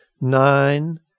nine